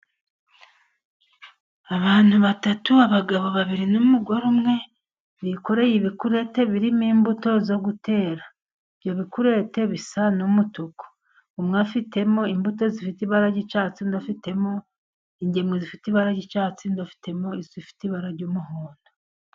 Abantu batatu, abagabo babiri n'umugore umwe, bikoreye ibikurete birimo imbuto zo gutera. Ibyo bikurete bisa n'umutuku, umwe afitemo imbuto zifite ibara ry'icyatsi, undi afitemo ingemwe zifite ibara ry'icyatsi, n'undi afitemo izifite ibara ry'umuhondo.